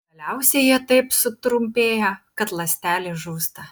galiausiai jie taip sutrumpėja kad ląstelė žūsta